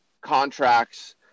contracts